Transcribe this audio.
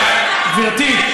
גברתי,